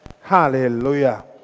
Hallelujah